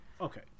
Okay